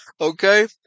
Okay